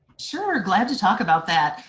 sure, glad to talk about that!